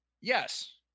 yes